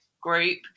group